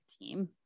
team